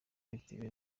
bitewe